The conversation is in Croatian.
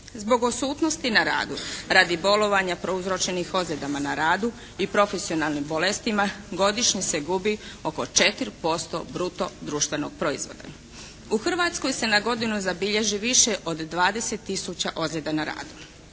Zbog odsutnosti na radu radi bolovanja prouzročenih ozljedama na radu i profesionalnim bolestima, godišnje se gubi oko 4% bruto društvenog proizvoda. U Hrvatskoj se na godinu zabilježi više od 20 tisuća ozljeda na radu.